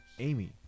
Amy